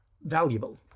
valuable